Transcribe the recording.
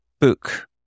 book